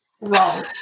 wrong